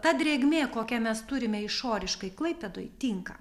ta drėgmė kokią mes turime išoriškai klaipėdoj tinka